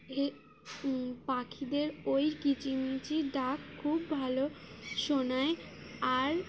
পাখিদের ওই কিচিমিচি ডাক খুব ভালো শোনায় আর